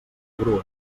grua